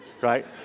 right